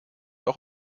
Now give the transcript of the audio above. auch